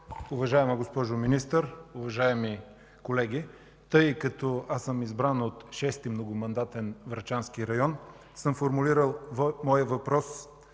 Уважаема госпожо Министър, уважаеми колеги! Тъй като аз съм избран от 6. Многомандатен Врачански район, формулирал съм моят въпрос